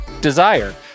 Desire